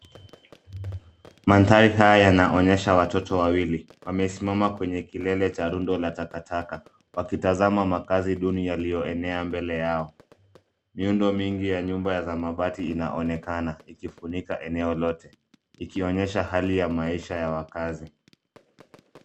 Mandhari haya yanaonyesha watoto wawili. Wamesimama kwenye kilele cha rundo la takataka wakitazama makaazi duni yaliyoenea mbele yao. Miundo mingi ya nyumba za mabati inaonekana ikifunika eneo lote. Ikionyesha hali ya maisha ya wakaazi.